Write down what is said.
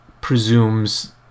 presumes